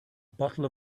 bottle